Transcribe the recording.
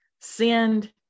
send